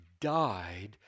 died